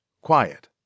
quiet